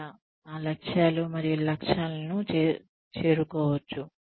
ఎలా ఆ లక్ష్యాలు మరియు లక్ష్యాలను చేరుకోవచ్చు